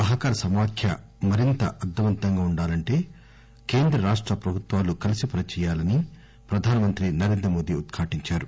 సహకార సమాఖ్య మరింత అర్థవంతంగా ఉండాలంటే కేంద్ర రాష్ట ప్రభుత్వాలు కలసి పని చేయాలని ప్రధాన మంత్రి నరేంద్ర మోదీ ఉద్ఘాటించారు